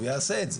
הוא יעשה את זה.